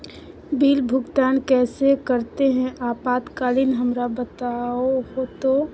Bill भुगतान कैसे करते हैं आपातकालीन हमरा बताओ तो?